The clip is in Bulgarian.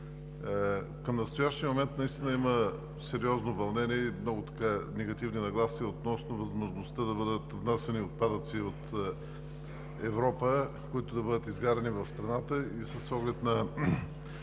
Към настоящия момент наистина има сериозно вълнение и много негативни нагласи относно възможността да бъдат внасяни отпадъци от Европа, които да бъдат изгаряни в страната. И с оглед